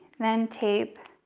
then tape